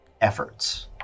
efforts